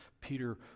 Peter